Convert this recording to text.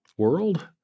world